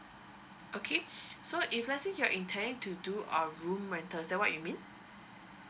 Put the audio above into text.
okay so if let's say you're intending to do a room rental is that what you mean